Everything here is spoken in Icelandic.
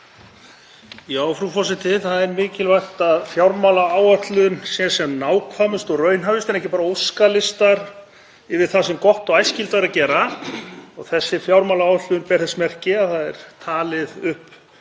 Frú forseti. Það er mikilvægt að fjármálaáætlun sé sem nákvæmust og raunhæfust en ekki bara óskalistar yfir það sem gott og æskilegt væri að gera. Þessi fjármálaáætlun ber þess merki að þar er talið upp